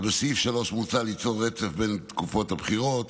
בסעיף 3 מוצע ליצור רצף בין תקופות הבחירות.